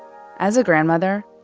as a grandmother,